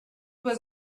was